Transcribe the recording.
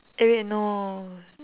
eh wait no